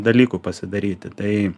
dalykų pasidaryti tai